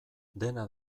dena